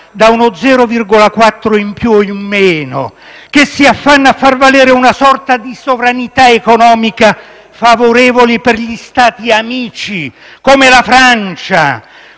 da uno 0,4 in più o in meno, che si affanna a far valere una sorta di sovranità economica favorevole per gli Stati amici, come la Francia,